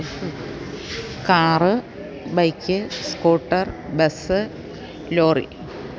car bike scooter bus lorry